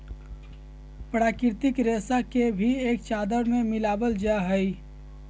प्राकृतिक रेशा के भी चादर में मिलाबल जा हइ